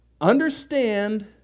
understand